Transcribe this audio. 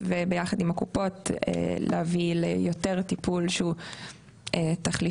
וביחד עם הקופות להביא ליותר טיפול שהוא תחליפי,